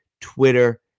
Twitter